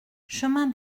chemin